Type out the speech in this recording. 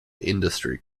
industry